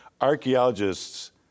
Archaeologists